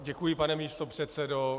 Děkuji, pane místopředsedo.